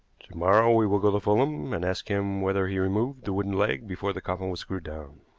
to-morrow we will go to fulham and ask him whether he removed the wooden leg before the coffin was screwed down.